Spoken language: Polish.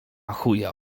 chuja